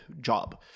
job